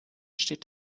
steht